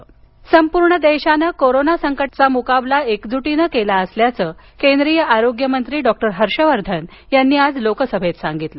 हर्ष वर्धन संपूर्ण देशानं कोरोना संकटाचा मुकाबला एकजूटीनं केला असल्याचं केंद्रीय आरोग्य मंत्री डॉ हर्ष वर्धन यांनी आज लोकसभेत सांगितलं